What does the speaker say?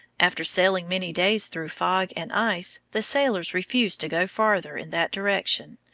after sailing many days through fog and ice, the sailors refused to go farther in that direction,